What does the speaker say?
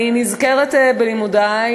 אני נזכרת בלימודי,